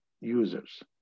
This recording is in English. users